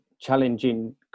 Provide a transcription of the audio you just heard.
challenging